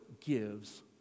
gives